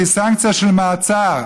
והיא סנקציה של מאסר,